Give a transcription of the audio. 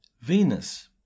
Venus